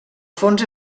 fons